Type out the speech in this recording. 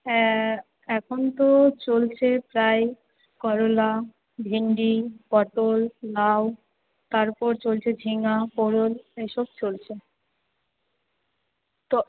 হ্যাঁ এখন তো চলছে প্রায় করলা ভেন্ডি পটল লাউ তারপর চলছে ঝিঙা পোড়ল এইসব চলছে তো